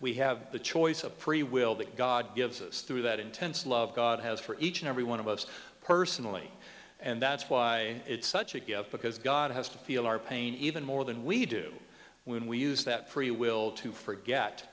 we have the choice of free will that god gives us through that intense love god has for each and every one of us personally and that's why it's such a gift because god has to feel our pain even more than we do when we use that free will to forget